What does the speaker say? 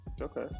Okay